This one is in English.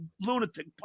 lunatic